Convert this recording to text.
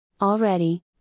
Already